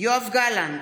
יואב גלנט,